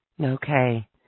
okay